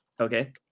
Okay